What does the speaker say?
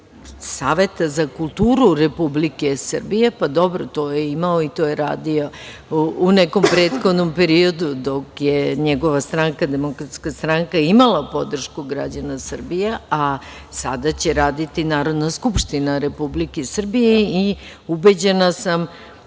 Saveta za kulturu Republike Srbije. Dobro, to je imao i to je radio u nekom prethodnom periodu dok je njegova stranka, DS, imala podršku građana Srbije, a sada će raditi Narodna skupština Republike Srbije. Ubeđena sam